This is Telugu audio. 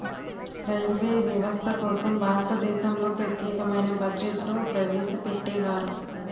రైల్వే వ్యవస్థ కోసం భారతదేశంలో ప్రత్యేకమైన బడ్జెట్ను ప్రవేశపెట్టేవారు